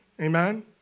Amen